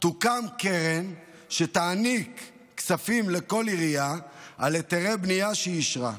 "תוקם קרן שתעניק כספים לכל עירייה על היתרי בנייה שהיא אישרה.